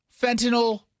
fentanyl